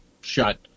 shut